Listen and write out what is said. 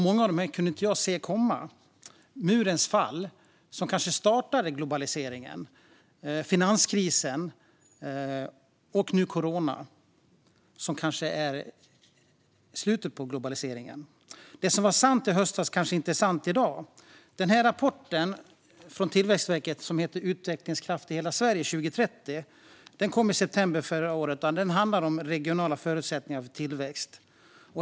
Många av dem kunde jag inte se komma: murens fall, som kanske startade globaliseringen, finanskrisen och nu corona, som kanske innebär slutet på globaliseringen. Det som var sant i höstas är kanske inte sant i dag. I september förra året kom en rapport från Tillväxtverket som handlar om regionala förutsättningar för tillväxt, Utvecklingskraft i hela Sverige 2030 .